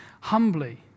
humbly